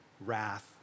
wrath